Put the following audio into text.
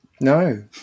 no